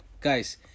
guys